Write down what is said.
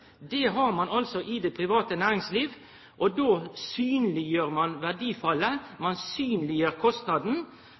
Det har ein i det private næringslivet. Då synleggjer ein verdifallet. Ein synleggjer kostnaden.